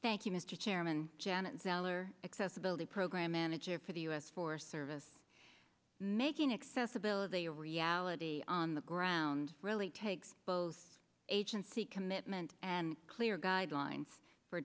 thank you mr chairman janet taylor accessability program manager for the u s forest service making accessibility of reality on the ground really takes both agency commitment and clear guidelines for